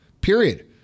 period